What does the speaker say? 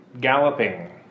Galloping